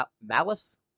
malice